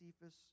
Cephas